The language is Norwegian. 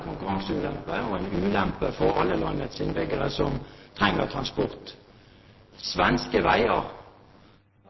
konkurranseulempe og en ulempe for alle landets innbyggere som trenger transport. På svenske veier